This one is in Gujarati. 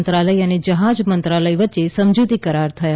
મંત્રાલય અને જહાજ મંત્રાલય વચ્ચે સમજૂતી કરાર થયા